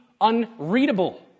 unreadable